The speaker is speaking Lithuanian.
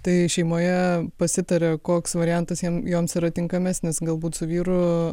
tai šeimoje pasitarė koks variantas jiem joms yra tinkamesnis galbūt su vyru